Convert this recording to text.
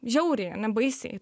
žiauriai ane baisiai